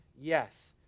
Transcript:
yes